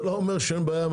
ודאי שיש בעיה עם